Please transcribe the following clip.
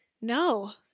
No